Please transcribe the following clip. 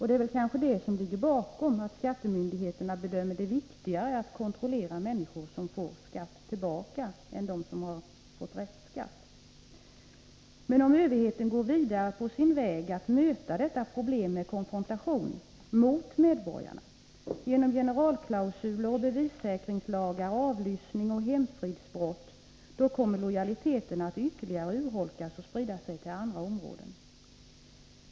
Det är kanske det som ligger bakom att skattemyndigheterna bedömer det viktigare att kontrollera människor som får tillbaka skatt än att kontrollera dem som fått restskatt. Om överheten går vidare på sin väg att möta detta problem med konfrontation, riktad mot medborgarna — genom generalklausuler och bevissäkringslagar, avlyssning och hemfridsbrott — då kommer lojaliteten ytterligare att urholkas, och detta kommer att sprida sig till andra områden.